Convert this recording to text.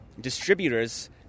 distributors